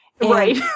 Right